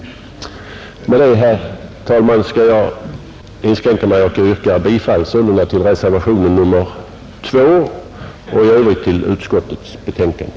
Jag skall, herr talman, nöja mig med det sagda, Jag yrkar bifall till reservationen II och i övrigt till utskottets förslag.